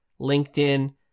LinkedIn